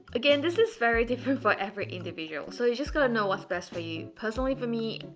again, this is very different for every individual, so you just gotta know what's best for you. personally for me,